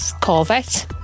Corvette